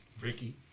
Ricky